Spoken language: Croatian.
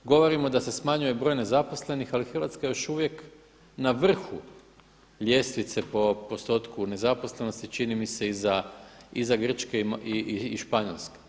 Govorimo da se smanjuje broj nezaposlenih, ali Hrvatska je još uvijek na vrhu ljestvice po postotku nezaposlenih, čini mi se iza Grčke i Španjolske.